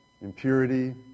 impurity